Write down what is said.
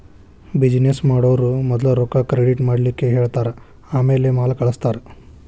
business ಮಾಡೊವ್ರು ಮದ್ಲ ರೊಕ್ಕಾ ಕ್ರೆಡಿಟ್ ಮಾಡ್ಲಿಕ್ಕೆಹೆಳ್ತಾರ ಆಮ್ಯಾಲೆ ಮಾಲ್ ಕಳ್ಸ್ತಾರ